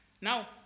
Now